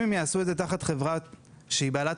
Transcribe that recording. אם הם יעשו את זה תחת חברה שהיא בעלת